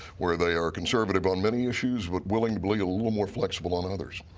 where they are conservative on many issues but willing to be a little more flexible on others.